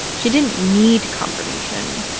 she didn't need confirmation.